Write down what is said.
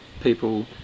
People